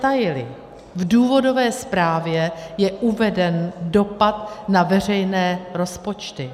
V důvodové zprávě je uveden dopad na veřejné rozpočty.